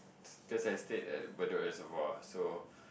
cause I stayed at bedok reservoir so